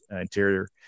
interior